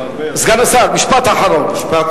סגן השר, משפט אחרון.